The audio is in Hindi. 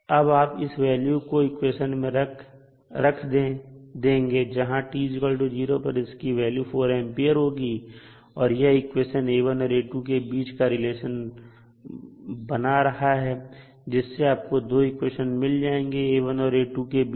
अब आप इस वैल्यू को इक्वेशन में रख देंगे जहां t0 पर इसकी वैल्यू 4A होगी और यह इक्वेशन A1 और A2 के बीच एक रिलेशन बना रहा है जिससे आपको दो इक्वेशन मिल जाएंगे A1 और A2 के बीच